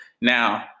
Now